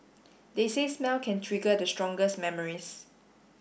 they say smell can trigger the strongest memories